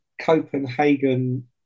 Copenhagen